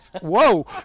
whoa